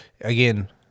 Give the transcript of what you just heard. again